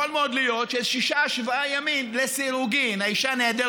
יכול להיות ששישה-שבעה ימים לסירוגין האישה נעדרת